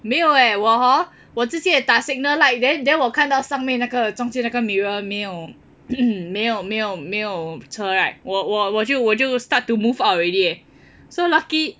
没有 eh 我 hor 我直接打 signal light then then 我看到上面那个中间那个 mirror 没有没有没有没有车 right 我我我就我就 start to move out already eh so lucky